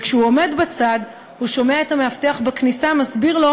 וכשהוא עומד בצד הוא שומע את המאבטח בכניסה מסביר לו